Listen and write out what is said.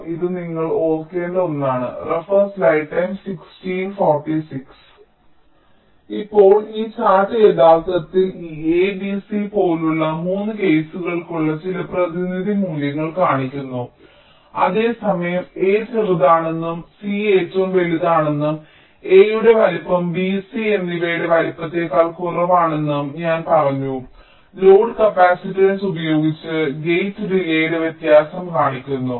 അതിനാൽ ഇത് നിങ്ങൾ ഓർക്കേണ്ട ഒന്നാണ് ഇപ്പോൾ ഈ ചാർട്ട് യഥാർത്ഥത്തിൽ ഈ A B C പോലുള്ള 3 കേസുകൾക്കുള്ള ചില പ്രതിനിധി മൂല്യങ്ങൾ കാണിക്കുന്നു അതേസമയം A ചെറുതാണെന്നും C ഏറ്റവും വലുതാണെന്നും Aയുടെ വലുപ്പം B C എന്നിവയുടെ വലുപ്പത്തേക്കാൾ കുറവാണെന്നും ഞാൻ പറഞ്ഞു ലോഡ് കപ്പാസിറ്റൻസ് ഉപയോഗിച്ച് ഗേറ്റ് ഡിലേയ് ന്റെ വ്യത്യാസം കാണിക്കുന്നു